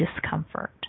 discomfort